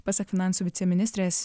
pasak finansų viceministrės